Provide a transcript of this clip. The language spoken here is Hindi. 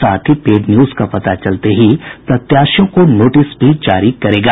साथ ही पेड न्यूज का पता चलते ही प्रत्याशियों को नोटिस भी जारी करेगा